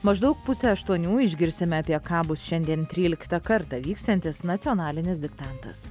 maždaug pusę aštuonių išgirsime apie ką bus šiandien tryliktą kartą vyksiantis nacionalinis diktantas